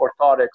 orthotics